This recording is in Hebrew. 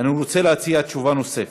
אני רוצה להציע תשובה נוספת.